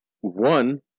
One